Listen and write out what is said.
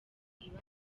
iba